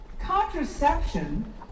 contraception